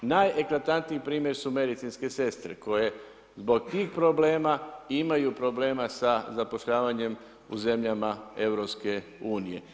Najeklatantniji primjer su medicinske sestre, koje zbog tih problema imaju problema sa zapošljavanje u zemljama EU.